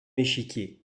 échiquier